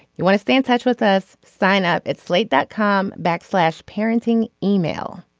you want to stay in touch with us. sign up at slate that com backslash parenting email.